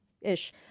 ish